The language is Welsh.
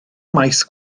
maes